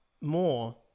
more